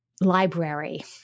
library